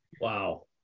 Wow